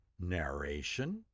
narration